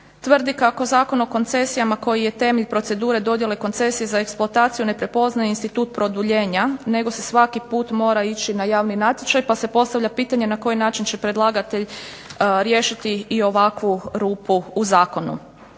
tvrdi kako Zakon o koncesijama koji je temelj procedure dodjela koncesije za eksploataciju ne prepoznaje institut produljenja, nego se svaki puta mora ići na javni natječaj, pa se postavlja pitanje na koji način će predlagatelj riješiti i ovakvu rupu u zakonu?